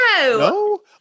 No